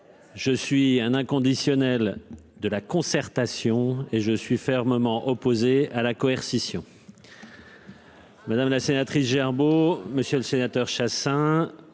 Je suis un inconditionnel de la concertation et je suis fermement opposé à la coercition.